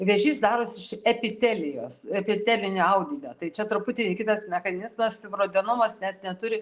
vėžys darosi iš epitelijos epitelinio audinio tai čia truputį kitas mechanizmas fibroadenomos net neturi